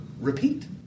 repeat